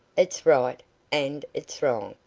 it's right, and its wrong,